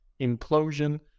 implosion